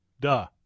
Duh